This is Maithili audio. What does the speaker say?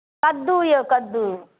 कद्दू यौ कद्दू